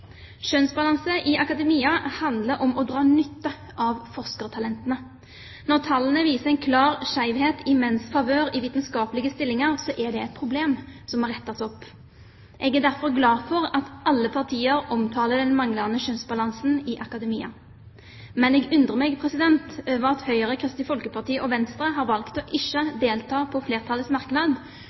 Kjønnsbalanse i akademia handler om å dra nytte av forskertalentene. Når tallene viser en klar skjevhet i menns favør i vitenskapelige stillinger, er det et problem som må rettes opp. Jeg er derfor glad for at alle partier omtaler denne manglende kjønnsbalansen i akademia. Men jeg undrer meg over at Høyre, Kristelig Folkeparti og Venstre har valgt ikke å delta i flertallets merknad